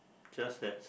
just that